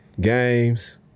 games